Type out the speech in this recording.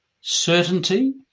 Certainty